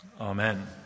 Amen